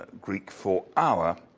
ah greek for hour.